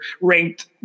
ranked